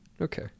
Okay